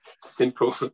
simple